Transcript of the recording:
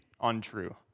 untrue